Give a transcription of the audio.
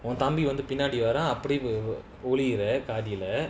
உன்தம்பிவந்துபின்னாடிவாரான்அப்டிஒளியுறகாதில:un thamnbi vandhu pinnadi varan apdi oliura kaadila